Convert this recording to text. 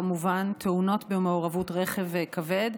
כמובן תאונות במעורבות רכב כבד,